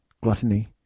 gluttony